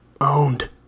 Owned